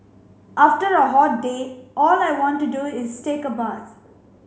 after a hot day all I want to do is take a bath